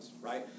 right